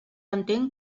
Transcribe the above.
entenc